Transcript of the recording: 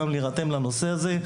תירתמו גם לנושא הזה.